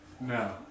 No